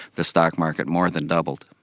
the stock market more than doubled.